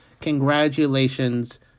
Congratulations